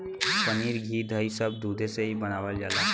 पनीर घी दही सब दुधे से ही बनावल जाला